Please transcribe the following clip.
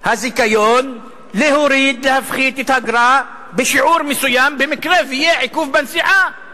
הזיכיון להוריד להפחית את האגרה בשיעור מסוים במקרה שיהיה עיכוב בנסיעה